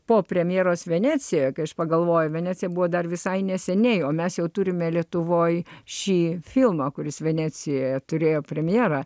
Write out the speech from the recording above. po premjeros venecijoje kai aš pagalvojau venecija buvo dar visai neseniai o mes jau turime lietuvoje šį filmą kuris venecijoje turėjo premjera